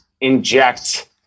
inject